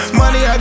money